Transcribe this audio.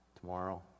tomorrow